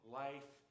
life